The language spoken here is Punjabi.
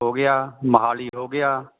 ਹੋ ਗਿਆ ਮੋਹਾਲੀ ਹੋ ਗਿਆ